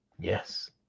yes